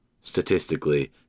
statistically